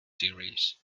series